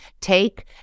take